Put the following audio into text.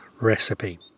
recipe